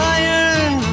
iron